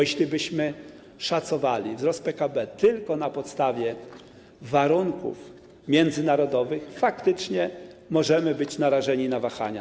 Jeśli szacowalibyśmy wzrost PKB tylko na podstawie warunków międzynarodowych, to faktycznie możemy być narażeni na wahania.